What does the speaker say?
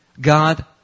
God